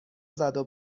زدو